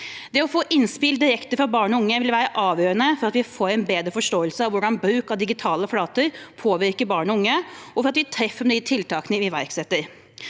Det å få innspill direkte fra barn og unge vil være avgjørende for at vi får en bedre forståelse av hvordan bruk av digitale flater påvirker barn og unge, og for at vi treffer med de tiltakene vi iverksetter.